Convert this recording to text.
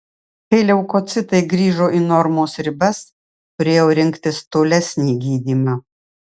kai leukocitai grįžo į normos ribas turėjau rinktis tolesnį gydymą